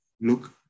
look